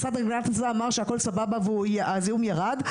המשרד להגנת הסביבה אמר שהכול בסדר והזיהום ירד.